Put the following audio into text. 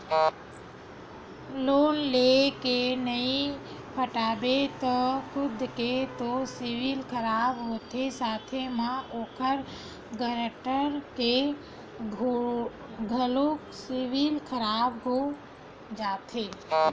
loan लेय के नइ पटाबे त खुद के तो सिविल खराब होथे साथे म ओखर गारंटर के घलोक सिविल खराब हो जाथे